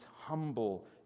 humble